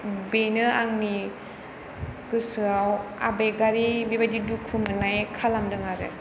बेनो आंनि गोसोआव आबेगारि बिबायदि दुखु मोननाय खालामदों आरो